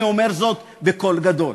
אני אומר זאת בקול גדול,